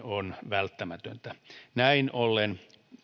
on välttämätöntä näin ollen